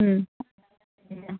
ହୁଁ